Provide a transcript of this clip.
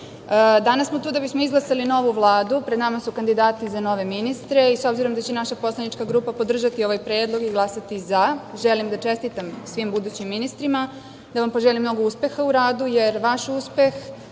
bolji. Danas smo tu da bismo izglasali novu Vladu. Pred nama su kandidati za nove ministre i s obzirom da će naša poslanička grupa podržati ovaj predlog i glasati za, želim da čestitam svim budućim ministrima, da vam poželim mnogo uspeha u radu, jer vaš uspeh